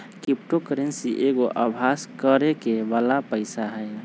crypto currency एगो अभास करेके बला पइसा हइ